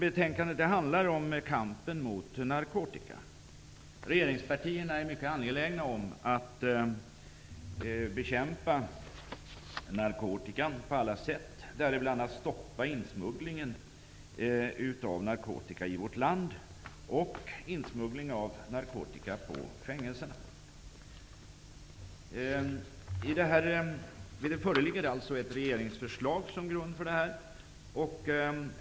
Betänkandet handlar om kampen mot narkotika. Regeringspartierna är mycket angelägna om att på alla sätt bekämpa narkotikan, däribland att stoppa insmugglingen av narkotika i vårt land och insmugglingen av narkotika på fängelserna. Det föreligger alltså ett regeringsförslag som grund för det här.